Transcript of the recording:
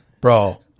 Bro